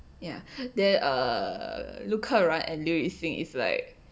ya then err 陆可燃 right and 刘雨欣 is like